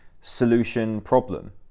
solution-problem